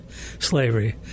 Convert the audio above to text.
Slavery